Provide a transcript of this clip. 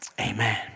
Amen